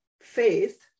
faith